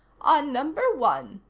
on number one.